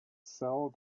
sell